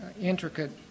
intricate